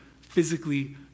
physically